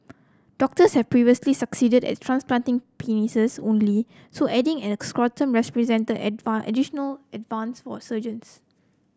doctors have previously succeeded at transplanting penises only so adding at scrotum represented additional advance for surgeons